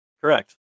Correct